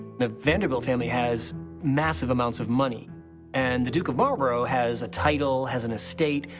the vanderbilt family has massive amounts of money and the duke of marlborough has a title, has an estate,